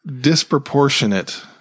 disproportionate